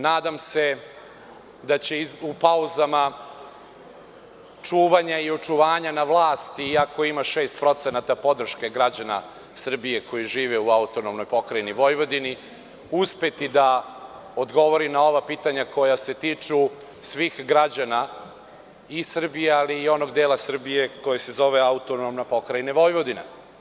Nadam se da će u pauzama čuvanja i očuvanja na vlasti i ako ima 6% podrške građana Srbije koji žive u AP Vojvodini, uspeti da odgovori na ova pitanja koja se tiču svih građana i Srbije, ali i onog dela Srbije koji se zove AP Vojvodina.